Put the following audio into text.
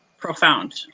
profound